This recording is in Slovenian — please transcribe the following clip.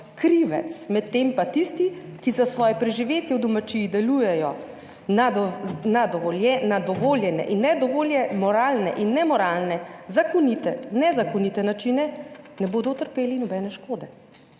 krivec, medtem pa tisti, ki za svoje preživetje v domačiji delujejo na dovoljene in nedovoljene moralne in nemoralne, zakonite, nezakonite načine, ne bodo utrpeli nobene škode.